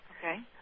Okay